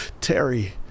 Terry